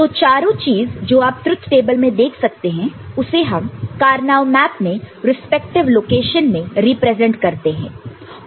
तो चारों चीज जो आप ट्रुथ टेबल में देख सकते हैं उसे हम कार्नो मैप में रिस्पेक्टिव लोकेशन में रिप्रेजेंट करते हैं